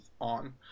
on